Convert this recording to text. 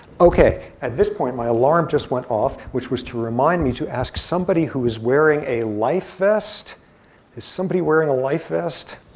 ok, at this point my alarm just went off, which was to remind me to ask somebody who is wearing a life vest is somebody wearing a life vest?